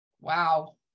Wow